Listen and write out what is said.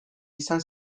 izan